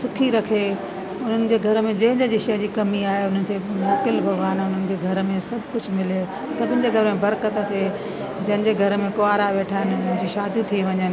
सुखी रखे उन्हनि जे घर में जंहिं जंहिं शइ जी कमी आहे उन्हनि खे मोकिल भॻवान उन्हनि खे घर में सभु कुझु मिले सभिनि जे घर में बरक़त थिए जंहिंजे घर में कंवारा वेठा आहिनि उन्हनि जूं शादियूं थी वञनि